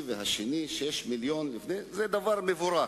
לנצרות.